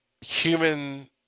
human